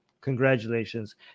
congratulations